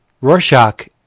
Rorschach